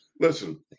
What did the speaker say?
listen